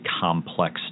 complex